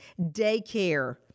daycare